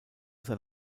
sein